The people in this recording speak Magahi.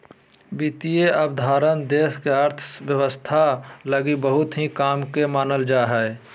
वित्त अवधारणा देश के अर्थव्यवस्था लगी बहुत ही काम के मानल जा हय